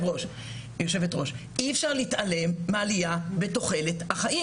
אי אפשר להתעלם מהעלייה בתוחלת החיים.